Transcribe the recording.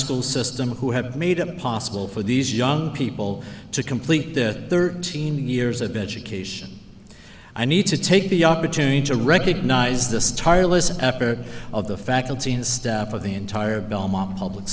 school system who have made it possible for these young people to complete the thirteen years of education i need to take the opportunity to recognize this tireless after of the faculty and staff of the entire belmont public